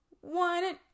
one